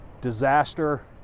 disaster